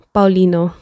Paulino